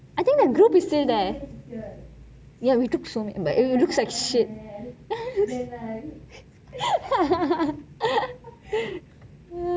I think the group is still there ya we took so many but looks like shit err